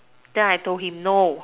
then I told him no